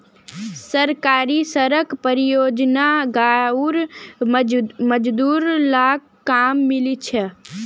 सरकारी सड़क परियोजनात गांउर मजदूर लाक काम मिलील छ